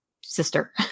sister